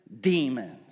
demons